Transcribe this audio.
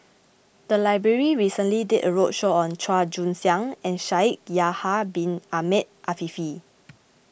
the library recently did a roadshow on Chua Joon Siang and Shaikh Yahya Bin Ahmed Afifi